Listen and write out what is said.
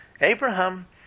Abraham